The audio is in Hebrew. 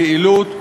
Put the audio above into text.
ליעילות,